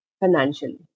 financially